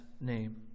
name